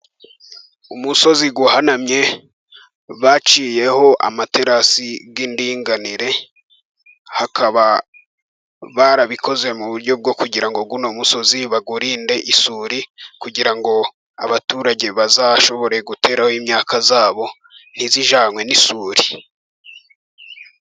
Umusozi uhanamye baciyeho amaterasi y'indinganire, bakaba barabikoze mu buryo bwo kugira ngo uno musozi bawurinde isuri, kugira ngo abaturage bazashobore guteraraho imyaka yabo, ntizijangwe n'isuri.